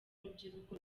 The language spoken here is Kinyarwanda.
urubyiruko